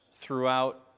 throughout